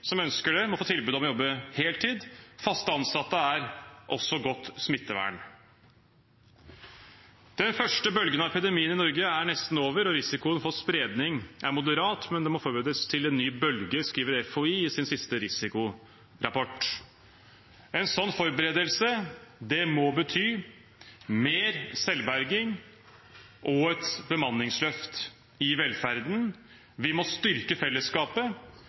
som ønsker det, må få tilbud om å jobbe heltid – fast ansatte er også godt smittevern. Den første bølgen av pandemien i Norge er nesten over og risikoen for spredning er moderat, men det må forberedes til en ny bølge, skriver FHI i sin siste risikorapport. En sånn forberedelse må bety mer selvberging og et bemanningsløft i velferden. Vi må styrke fellesskapet